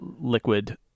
liquid